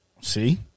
See